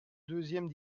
deuxième